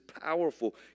powerful